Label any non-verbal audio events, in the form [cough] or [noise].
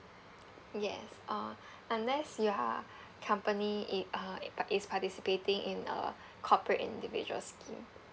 yes uh unless you are [breath] company it uh i~ uh is participating in a corporate individual scheme